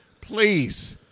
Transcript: Please